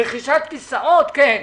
רכישת כיסאות כן.